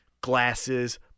Glasses